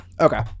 Okay